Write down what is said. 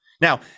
Now